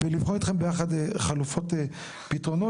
ולבחון איתכם ביחד חלופות ופתרונות.